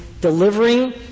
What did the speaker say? delivering